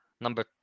number